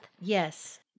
Yes